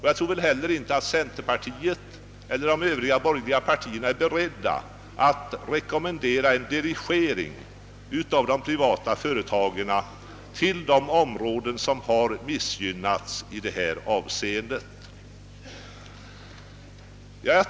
Jag tror inte heller att centerpartiet eller de övriga borgerliga partierna är beredda att rekommendera en dirigering av de privata företagen till de områden som har missgynnats.